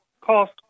cost